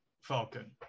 Falcon